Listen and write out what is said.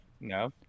no